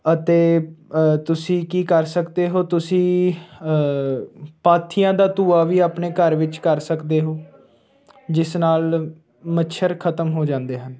ਅਤੇ ਤੁਸੀਂ ਕੀ ਕਰ ਸਕਦੇ ਹੋ ਤੁਸੀਂ ਪਾਥੀਆਂ ਦਾ ਧੂੰਆਂ ਵੀ ਆਪਣੇ ਘਰ ਵਿੱਚ ਕਰ ਸਕਦੇ ਹੋ ਜਿਸ ਨਾਲ ਮੱਛਰ ਖਤਮ ਹੋ ਜਾਂਦੇ ਹਨ